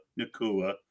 Nakua